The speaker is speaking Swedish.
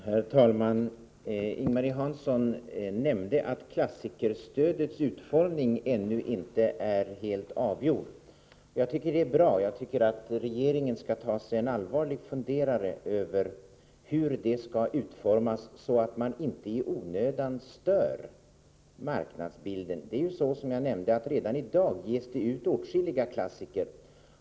Herr talman! Ing-Marie Hansson nämnde att frågan om klassikerstödets utformning ännu inte är helt avgjord. Det tycker jag är bra, och jag tycker att regeringen skall ta sig en allvarlig funderare över hur det skall utformas, så att man inte i onödan stör marknadsbilden. Som jag nämnde ges det ju redan i dag ut åtskilliga klassiker.